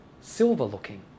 silver-looking